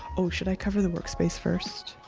oh, should i cover the workspace first?